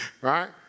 right